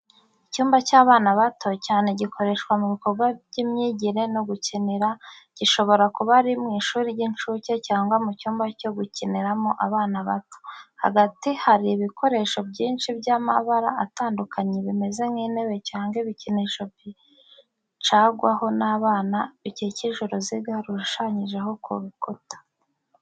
Icyumba cy’abana bato cyane gikoreshwa mu bikorwa by’imyigire no gukinira, gishobora kuba ari mu ishuri ry’incuke cyangwa mu cyumba cyo gukiniramo abana bato. Hagati hari ibikoresho byinshi by’amabara atandukanye bimeze nk’intebe cyangwa ibikinisho bicarwaho n’abana bikikije uruziga rushushanyije ku butaka.